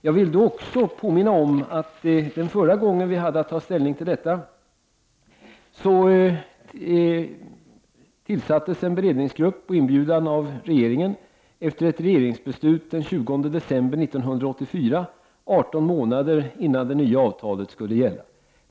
Jag vill också påminna om att förra gången vi hade att ta ställning till detta tillsattes en beredningsgrupp på inbjudan av regeringen, efter ett regerings beslut den 20 december 1984, arton månader innan det nya avtalet skulle gälla.